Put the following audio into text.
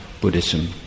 Buddhism